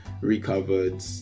Recovered